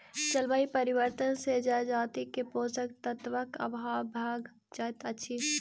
जलवायु परिवर्तन से जजाति के पोषक तत्वक अभाव भ जाइत अछि